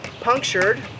punctured